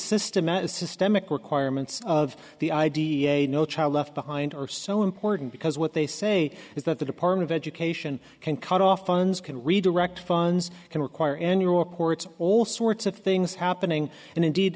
systematic systemic requirements of the idea of no child left behind are so important because what they say is that the department of education can cut off funds can redirect funds can require annual reports all sorts of things happening and indeed